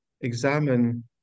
examine